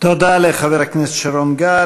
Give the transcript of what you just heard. תודה לחבר הכנסת שרון גל.